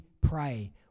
pray